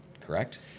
correct